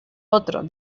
otro